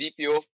DPO